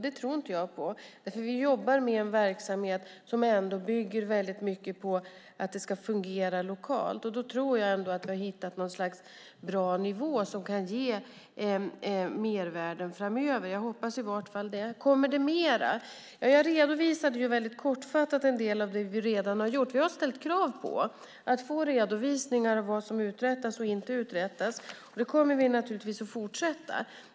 Det handlar om en verksamhet som bygger väldigt mycket på att det ska fungera lokalt. Jag tror att vi har hittat en bra nivå som kan ge mervärden framöver. Jag hoppas i alla fall det. Kommer det mer? Jag redovisade mycket kortfattat en del av det vi redan har gjort. Vi har ställt krav på att få redovisningar av vad som uträttats och inte uträttats. Det kommer vi naturligtvis att fortsätta att göra.